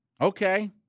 okay